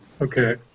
Okay